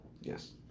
Yes